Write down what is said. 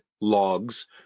logs